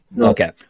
Okay